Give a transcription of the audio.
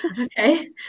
Okay